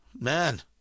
Man